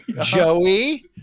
Joey